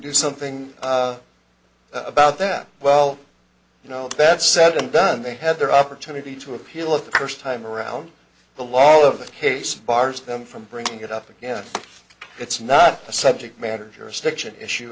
do something about that well you know that said and done they had their opportunity to appeal it the first time around the law of the case bars them from bringing it up again it's not a subject matter jurisdiction issue